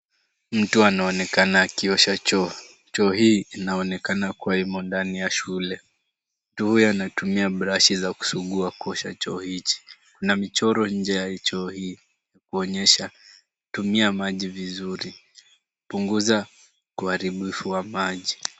Mtu anaonekana akiosha choo. Choo hii inaonekana kuwa imo ndani ya shule. Mtu huyo anaonekana kutumia brashi za kusugua kuosha choo hizi. Kuna mchoro mbele ya choo hizi kuonyesha kutumia maji vizuri, kupunguza uharibifu wa maji.